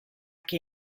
che